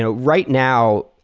ah right now,